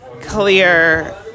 clear